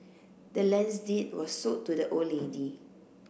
the land's deed was sold to the old lady